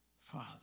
father